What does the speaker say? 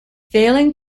failing